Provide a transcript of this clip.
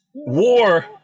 war